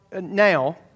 now